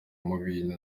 mubintu